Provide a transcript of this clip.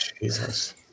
Jesus